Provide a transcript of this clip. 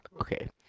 Okay